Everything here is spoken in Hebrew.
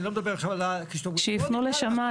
אני לא מדבר עכשיו --- שיפנו לשמאי,